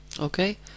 okay